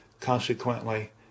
consequently